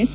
S